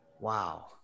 Wow